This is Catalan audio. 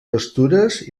pastures